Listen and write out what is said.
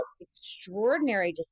extraordinary